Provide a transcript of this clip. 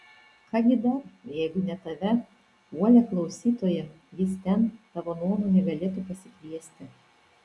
ką gi dar jeigu ne tave uolią klausytoją jis ten tavo nuomone galėtų pasikviesti